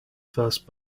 first